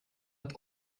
het